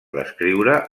descriure